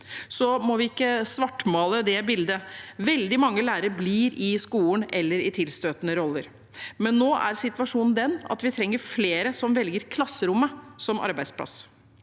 Vi må ikke svartmale det bildet. Veldig mange lærere blir i skolen eller i tilstøtende roller. Nå er situasjonen likevel den at vi trenger flere som velger klasserommet som arbeidsplass.